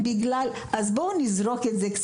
בואו נזרוק את זה,